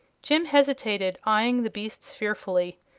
jim hesitated, eyeing the beasts fearfully.